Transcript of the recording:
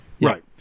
Right